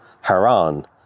Haran